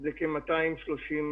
היא ממשלת